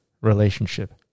relationship